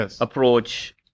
approach